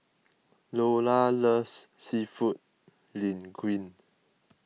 Loula loves Seafood Linguine